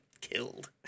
killed